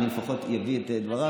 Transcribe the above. אני לפחות אביא את דבריו.